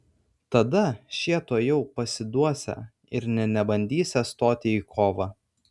tada šie tuojau pasiduosią ir nė nebandysią stoti į kovą